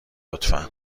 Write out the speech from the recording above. لطفا